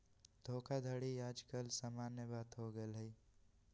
धोखाधड़ी याज काल समान्य बात हो गेल हइ